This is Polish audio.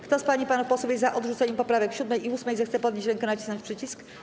Kto z pań i panów posłów jest za odrzuceniem poprawek 7. i 8., zechce podnieść rękę i nacisnąć przycisk.